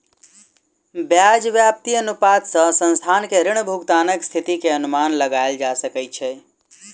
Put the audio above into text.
ब्याज व्याप्ति अनुपात सॅ संस्थान के ऋण भुगतानक स्थिति के अनुमान लगायल जा सकै छै